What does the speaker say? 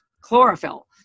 chlorophyll